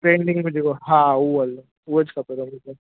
trending में जेको हा उहो वारो उहो च खपे बरोबरु